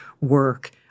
work